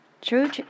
True